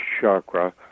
chakra